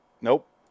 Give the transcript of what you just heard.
Nope